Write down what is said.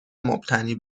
مبتنی